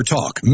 Talk